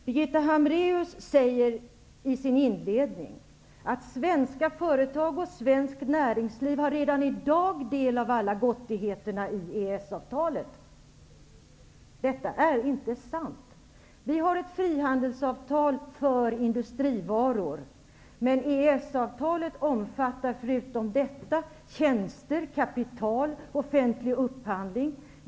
Birgitta Hambraeus sade i inledningen av sitt anförande att svenska företag och svenskt näringsliv redan i dag har del av alla gottigheterna i EES-avtalet. Detta är inte sant! Vi har ett frihandelsavtal för industrivaror, men EES-avtalet omfattar förutom detta tjänster, kapital och offentlig upphandling.